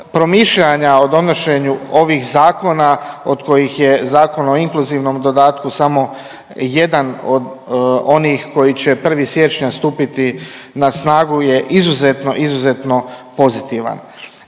promišljanja o donošenju ovih zakona od kojih je Zakon o inkluzivnom dodatku samo jedan od onih koji će 1. siječnja stupiti na snagu je izuzetno, izuzetno